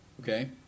okay